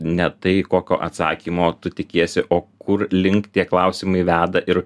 ne tai kokio atsakymo tu tikiesi o kur link tie klausimai veda ir